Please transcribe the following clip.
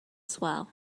swell